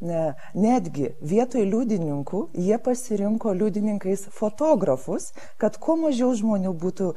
ne netgi vietoj liudininkų jie pasirinko liudininkais fotografus kad kuo mažiau žmonių būtų